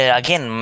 again